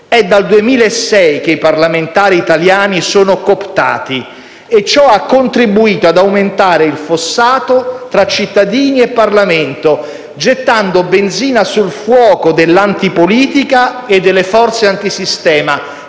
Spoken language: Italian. È dal 2006 che i parlamentari italiani sono cooptati e ciò ha contribuito ad aumentare il fossato tra cittadini e Parlamento, gettando benzina sul fuoco dell'antipolitica e delle forze antisistema